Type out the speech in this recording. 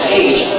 age